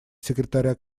секретаря